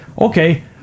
okay –